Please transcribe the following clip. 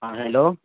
ہاں ہیلو